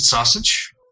Sausage